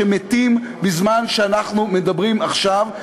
שמתים בזמן שאנחנו מדברים עכשיו.